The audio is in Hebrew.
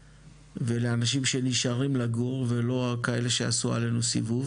ולאנשים שנשארים לגור ולא כאלה שעשו עלינו סיבוב